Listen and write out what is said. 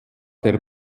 der